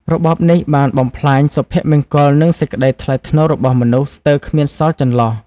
របបនេះបាន បំផ្លាញសុភមង្គលនិងសេចក្តីថ្លៃថ្នូររបស់មនុស្ស ស្ទើរគ្មានសល់ចន្លោះ ។